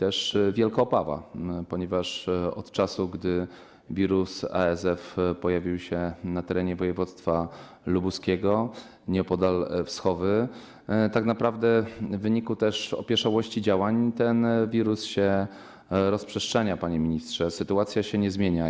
Jest wielka obawa, ponieważ od czasu gdy wirus ASF pojawił się na terenie województwa lubuskiego, nieopodal Wschowy, w wyniku też opieszałości działań ten wirus się rozprzestrzenia, panie ministrze, sytuacja się nie zmienia.